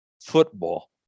football